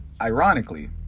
ironically